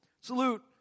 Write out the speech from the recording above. Salute